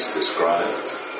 described